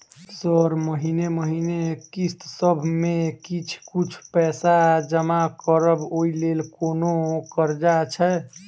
Sir महीने महीने किस्तसभ मे किछ कुछ पैसा जमा करब ओई लेल कोनो कर्जा छैय?